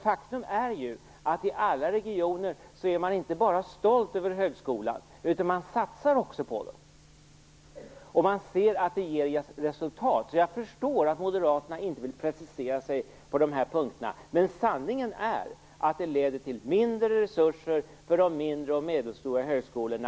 Faktum är att i alla regioner är man inte bara stolt över sin högskola utan satsar också på den och ser att det ger resultat. Jag förstår alltså att Moderaterna inte vill precisera sig på de här punkterna. Men sanningen är att deras förslag sammantaget leder till mindre resurser för de mindre och medelstora högskolorna.